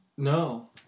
No